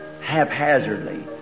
Haphazardly